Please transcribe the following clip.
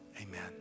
Amen